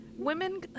women